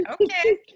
Okay